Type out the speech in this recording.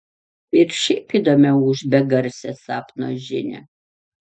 ir šiaip įdomiau už begarsę sapno žinią